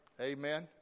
Amen